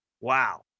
Wow